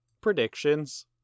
Predictions